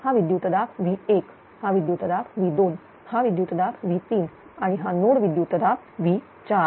हा विद्युतदाब V1 हा विद्युतदाब V2 हा विद्युतदाब V3 आणि हा नोड विद्युतदाब V4